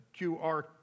QR